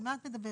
על מה את מדברת?